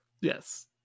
yes